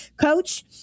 Coach